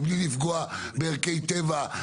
מבלי לפגוע בערכי טבע,